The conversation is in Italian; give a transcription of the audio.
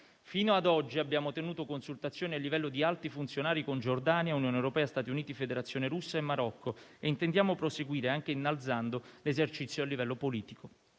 Fino ad oggi abbiamo tenuto consultazioni a livello di alti funzionari con Giordania, Unione europea, Stati Uniti, Federazione russa e Marocco e intendiamo proseguire, anche innalzando l'esercizio a livello politico.